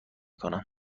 کنم